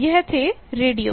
यह थे रेडियो